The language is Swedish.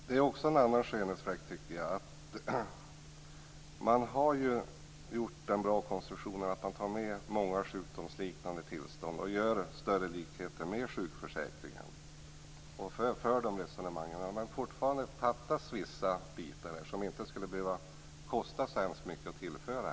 Det finns en annan skönhetsfläck. Man har gjort en bra konstruktion, genom att man tar med många sjukdomsliknande tillstånd och gör större likheter med sjukförsäkringen, att man för de resonemangen. Med det fattas fortfarande vissa bitar som det inte skulle behöva kosta så mycket att tillföra.